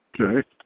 Okay